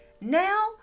Now